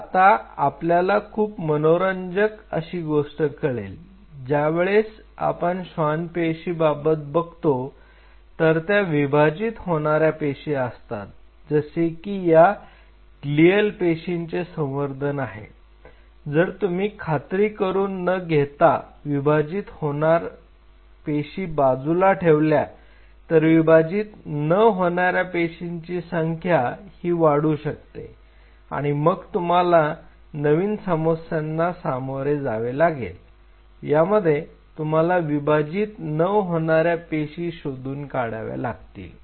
तर आता आपल्याला खूप मनोरंजक अशी गोष्ट कळेल ज्यावेळेस आपण श्वान पेशीबाबत बघतो तर त्या विभाजित होणाऱ्या पेशी असतात जसे की या ग्लीअल पेशींचे संवर्धन आहे जर तुम्ही खात्री करून न घेता विभाजित होणार पेशी बाजूला ठेवल्या तर विभाजित न होणाऱ्या पेशींची संख्या ही वाढू शकते आणि मग तुम्हाला नवीन समस्यांना सामोरे जावे लागेल यामध्ये तुम्हाला विभाजित न होणाऱ्या पेशी शोधून काढावे लागतील